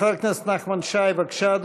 חבר הכנסת נחמן שי, בבקשה,